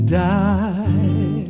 die